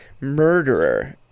murderer